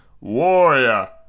warrior